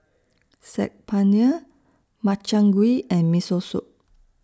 Saag Paneer Makchang Gui and Miso Soup